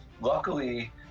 luckily